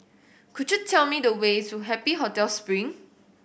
could you tell me the way to Happy Hotel Spring